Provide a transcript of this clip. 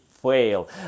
fail